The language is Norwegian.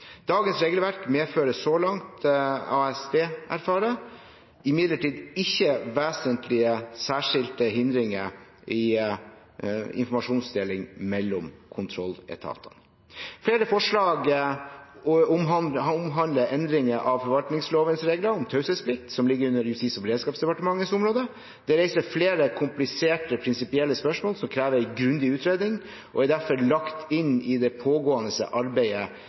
Dagens regelverk medfører, så langt Arbeids- og sosialdepartementet erfarer, imidlertid ikke vesentlige særskilte hindringer i informasjonsdeling mellom kontrolletatene. Flere forslag har omhandlet endringer av forvaltningslovens regler om taushetsplikt, som ligger under Justis- og beredskapsdepartementets område. Det reiser flere kompliserte, prinsipielle spørsmål som krever grundig utredning, og er derfor lagt inn i det pågående arbeidet